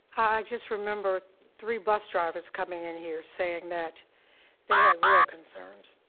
just remember three bus drivers coming in here saying that they had real concerns,